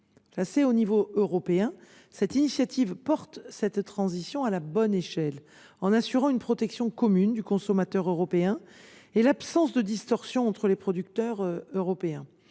Placée au niveau européen, une telle initiative porte cette transition à la bonne échelle. Elle assure en effet une protection commune du consommateur européen et l’absence de distorsions entre les producteurs européens.